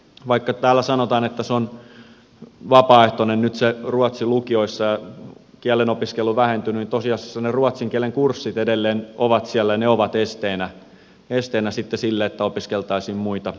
vaikka täällä sanotaan että nyt se ruotsi on vapaaehtoinen lukioissa ja kielenopiskelu vähentynyt niin tosiasiassa ne ruotsin kielen kurssit edelleen ovat siellä ja ne ovat esteenä sitten sille että opiskeltaisiin muita kieliä